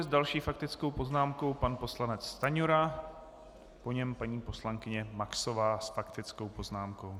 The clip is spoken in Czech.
S další faktickou poznámkou pan poslanec Stanjura, po něm paní poslankyně Maxová s faktickou poznámkou.